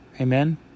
Amen